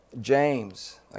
James